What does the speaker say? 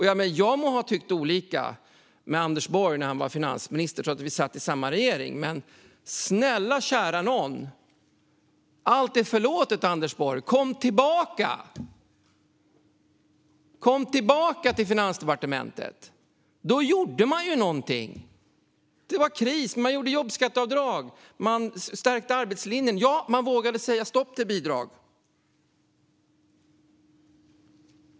Jag må ha tyckt annorlunda än Anders Borg när han var finansminister, trots att våra partier satt i samma regering. Men snälla, kära nån - allt är förlåtet, Anders Borg. Kom tillbaka till Finansdepartementet! Då gjorde man ju någonting! Det var kris, och man gjorde jobbskatteavdrag och stärkte arbetslinjen. Och ja, man vågade sätta stopp för bidrag.